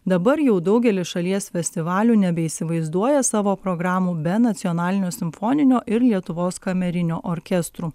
dabar jau daugelis šalies festivalių nebeįsivaizduoja savo programų be nacionalinio simfoninio ir lietuvos kamerinio orkestrų